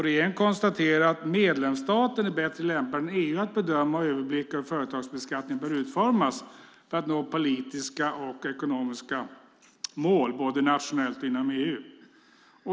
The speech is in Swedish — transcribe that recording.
Regeringen konstaterar att medlemsstaten är bättre lämpad än EU att bedöma och överblicka hur företagsbeskattningen bör utformas för att nå politiska och ekonomiska mål både nationellt och inom EU.